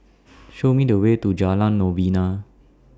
Show Me The Way to Jalan Novena